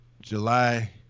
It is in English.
July